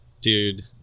dude